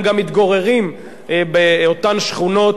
הם גם מתגוררים באותן שכונות